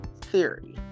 Theory